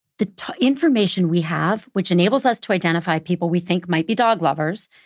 the information we have which enables us to identify people we think might be dog lovers,